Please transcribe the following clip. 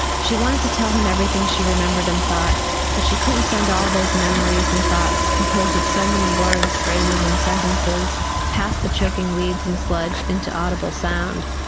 she wanted to tell him everything she remembered and thought but she couldn't send all those memories and thoughts composed of so many words, phrases and sentences past the choking weeds and sludge into audible sound.